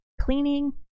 cleaning